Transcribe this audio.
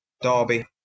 Derby